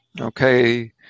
Okay